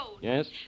Yes